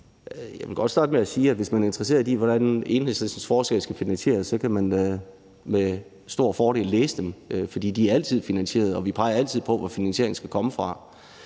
Jeg vil godt starte med at sige, at hvis man er interesseret i, hvordan Enhedslistens forslag skal finansieres, så kan man med stor fordel læse dem, for de er altid finansierede, og vi peger altid på, hvor finansieringen skal komme fra.